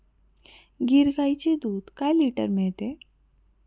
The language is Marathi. गीर गाईचे दूध काय लिटर मिळते?